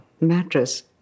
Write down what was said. mattress